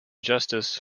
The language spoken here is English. justice